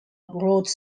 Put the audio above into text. rhodes